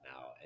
now